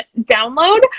download